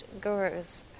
gurus